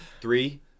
Three